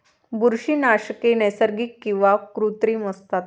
बुरशीनाशके नैसर्गिक किंवा कृत्रिम असतात